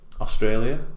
Australia